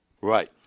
Right